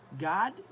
God